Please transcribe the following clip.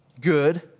good